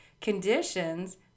conditions